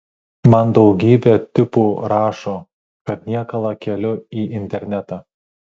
man daugybė tipų rašo kad niekalą keliu į internetą